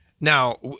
Now